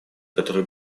которые